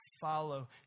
follow